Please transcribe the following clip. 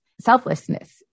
selflessness